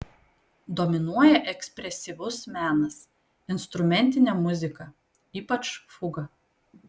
dominuoja ekspresyvus menas instrumentinė muzika ypač fuga